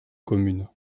commune